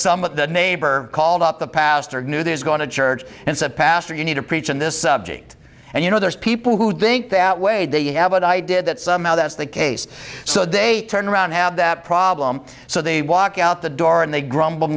some of the neighbor called up the pastor knew there's going to church and said pastor you need to preach on this subject and you know there's people who think that way they have an idea that somehow that's the case so they turn around have that problem so they walk out the door and they grumble